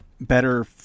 better